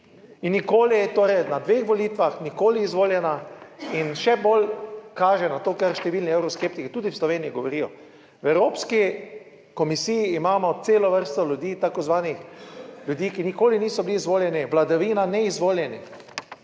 In nikoli, torej na dveh volitvah nikoli izvoljena in še bolj kaže na to, kar številni evroskeptiki tudi v Sloveniji govorijo. V Evropski komisiji imamo celo vrsto ljudi, takozvanih ljudi, ki nikoli niso bili izvoljeni, vladavina, neizvoljeni,